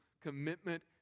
commitment